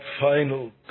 final